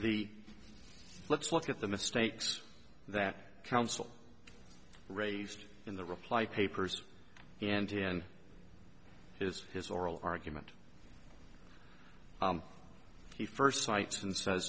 the let's look at the mistakes that counsel raised in the reply papers and in his his oral argument he first cites and says